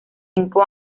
cinco